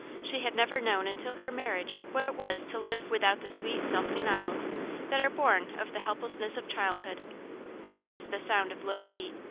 she had never known until her marriage what it was to live without the sweet self-denials that are born of the helplessness of childhood she missed the sound of little feet,